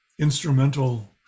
instrumental